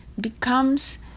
Becomes